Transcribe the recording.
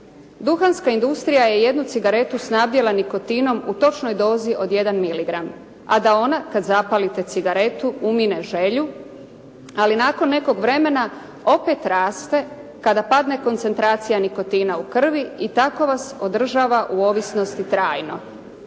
Duhanska industrija je jednu cigaretu snabdjela nikotinom u točnoj dozi od 1 miligram, a da ona kad zapalite cigaretu umine želju, ali nakon nekog vremena opet raste kada padne koncentracija nikotina u krvi i tako vas održava u ovisnosti trajno.